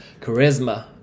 charisma